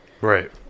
right